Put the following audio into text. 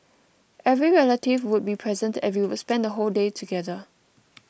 every relative would be present and we would spend the whole day together